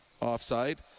offside